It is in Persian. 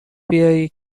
بیای